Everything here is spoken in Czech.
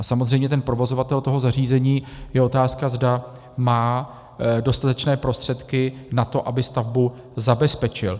A samozřejmě provozovatel toho zařízení, je otázka, zda má dostatečné prostředky na to, aby stavbu zabezpečil.